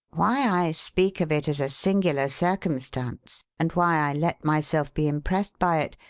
why i speak of it as a singular circumstance, and why i let myself be impressed by it,